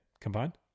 combined